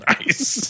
Nice